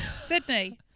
Sydney